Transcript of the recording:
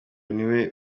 niwe